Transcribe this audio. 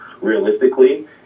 realistically